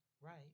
right